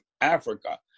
africa